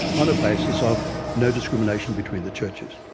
on a basis of no discrimination between the churches.